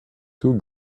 two